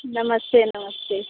नमस्ते नमस्ते